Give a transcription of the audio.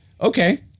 Okay